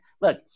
Look